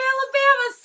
Alabama